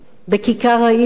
בכיכר העיר.